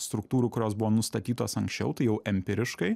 struktūrų kurios buvo nustatytos anksčiau tai jau empiriškai